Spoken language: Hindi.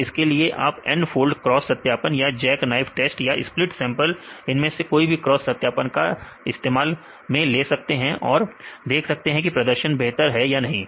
तो इसके लिए आप N फोल्ड क्रॉस सत्यापन या जैक नाइफ टेस्ट या स्प्लिट सैंपल इनमें से कोई भी क्रॉस सत्यापन का तरीका ले सकते हैं और देख सकते हैं कि प्रदर्शन बेहतर है या नहीं